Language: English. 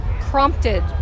prompted